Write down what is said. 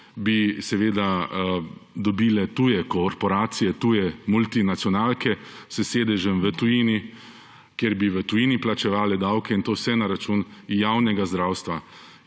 bi seveda dobile tuje korporacije, tuje multinacionalke s sedežem v tujini, v tujini bi plačevale davke, in to vse na račun javnega zdravstva